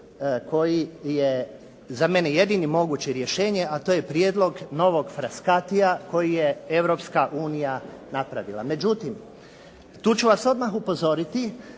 koji je za mene jedino moguće rješenje, a to je prijedlog novog Raskatija koji je Europska unija napravila. Međutim, tu ću vas odmah upozoriti